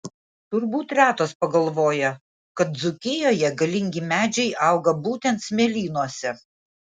turbūt retas pagalvoja kad dzūkijoje galingi medžiai auga būtent smėlynuose